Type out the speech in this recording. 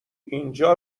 اینجا